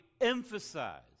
emphasize